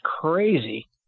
crazy